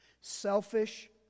selfish